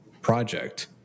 project